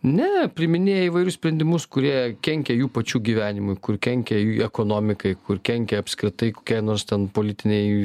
ne priiminėja įvairius sprendimus kurie kenkia jų pačių gyvenimui kur kenkia jų ekonomikai kur kenkia apskritai kokiai nors ten politinei